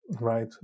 right